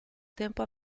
tempo